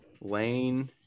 Lane